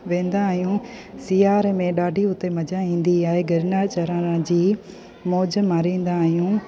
वेंदा आहियूं सियारे में ॾाढी उते मज़ा ईंदी आहे गिरनार चढ़ण जी मौज माणींदा आहियूं